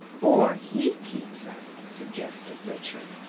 or he keeps us, suggested richard.